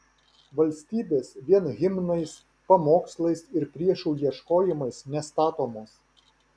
valstybės vien himnais pamokslais ir priešų ieškojimais nestatomos